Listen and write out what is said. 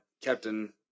Captain